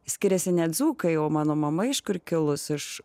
skiriasi net dzūkai o mano mama iš kur kilusi iš